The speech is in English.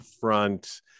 front